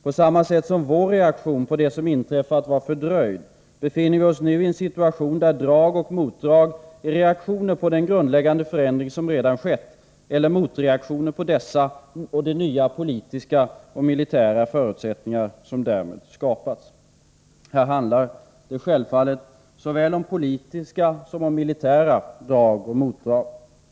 På samma sätt som vår reaktion på det som inträffat var fördröjd, befinner vi oss nu i en situation där drag och motdrag är reaktioner på den grundläggande förändring som redan har skett, eller motreaktioner mot denna och de nya politiska och militära förutsättningar som därmed skapats. Här handlar det självfallet såväl om politiska som om militära drag och motdrag.